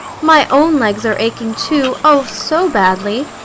my own legs are aching too, oh, so badly.